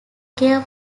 gave